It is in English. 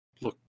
look